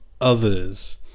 others